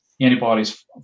antibodies